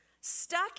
Stuck